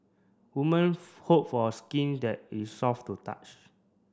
woman hope for a skin that is soft to touch